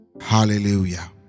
hallelujah